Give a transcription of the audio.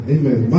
Amen